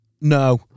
No